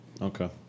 Okay